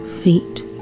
feet